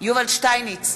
יובל שטייניץ,